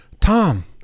Tom